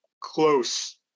close